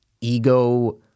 ego